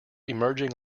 emerging